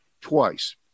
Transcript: twice